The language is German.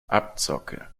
abzocke